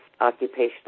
Occupational